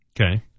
Okay